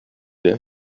their